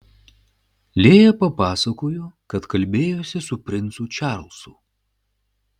lėja papasakojo kad kalbėjosi su princu čarlzu